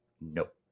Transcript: Nope